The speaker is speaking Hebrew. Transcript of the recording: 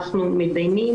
אנחנו מתדיינים,